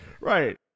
Right